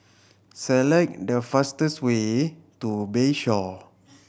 select the fastest way to Bayshore